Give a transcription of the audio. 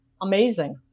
Amazing